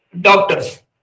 doctors